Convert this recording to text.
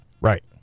Right